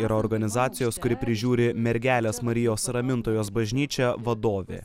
yra organizacijos kuri prižiūri mergelės marijos ramintojos bažnyčią vadovė